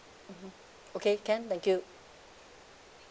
mmhmm okay can thank you